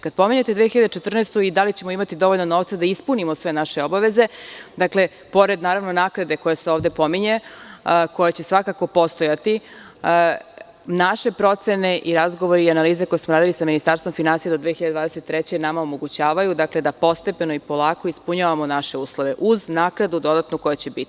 Kada pominjete 2014. godinu i da li ćemo imati dovoljno novca da ispunimo sve naše obaveze, pored naknade koja se ovde pominje a koja će svakako postojati, naše procene i razgovori i analize koje smo radili sa Ministarstvom finansija do 2023. godine nama omogućavaju da postepeno i polako ispunjavamo naše uslove, uz dodatnu naknadu koja će biti.